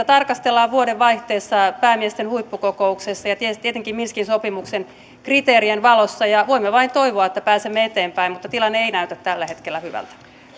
tarkastellaan vuodenvaihteessa päämiesten huippukokouksessa ja tietysti etenkin minskin sopimuksen kriteerien valossa ja voimme vain toivoa että pääsemme eteenpäin mutta tilanne ei näytä tällä hetkellä hyvältä